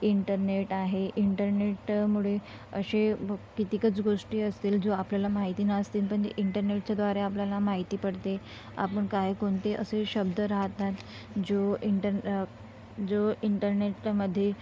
internet आहे internet मुळे असे ब कितीकच गोष्टी असतील जो आपल्याला माहिती नसतील पण जे इंटरनेटच्याद्वारे आपल्याला माहिती पडते आपण काय कोणते असे शब्द राहतात जो इंटर जो इंटरनेटमध्ये